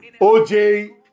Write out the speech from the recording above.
OJ